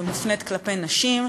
שמופנית כלפי נשים,